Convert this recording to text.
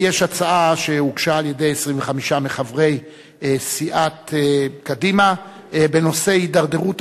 יש הצעה שהוגשה על-ידי 25 מחברי סיעת קדימה בנושא: הידרדרות